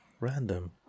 Random